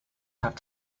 have